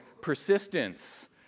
persistence